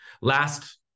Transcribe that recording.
Last